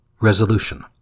Resolution